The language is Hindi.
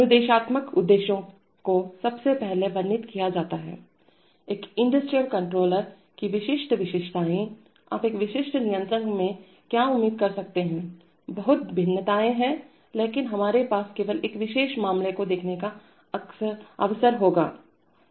अनुदेशात्मक उद्देश्यों को सबसे पहले वर्णित किया जाता है एक इंडस्ट्रियल कण्ट्रोलर की विशिष्ट विशेषताएं आप एक विशिष्ट नियंत्रक में क्या उम्मीद कर सकते हैं बहुत भिन्नताएं हैं लेकिन हमारे पास केवल एक विशेष मामले को देखने का अवसर होगा